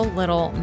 little